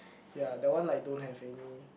ya that one like don't have any